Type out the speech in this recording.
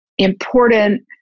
important